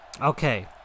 okay